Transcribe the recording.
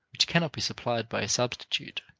which cannot be supplied by a substitute.